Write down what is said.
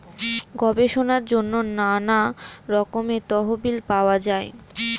গবেষণার জন্য নানা রকমের তহবিল পাওয়া যায়